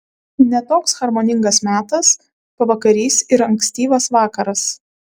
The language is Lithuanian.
ne toks harmoningas metas pavakarys ir ankstyvas vakaras